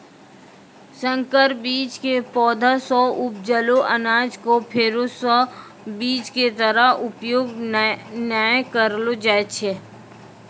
संकर बीज के पौधा सॅ उपजलो अनाज कॅ फेरू स बीज के तरह उपयोग नाय करलो जाय छै